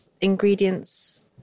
ingredients